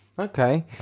Okay